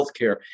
healthcare